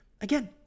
again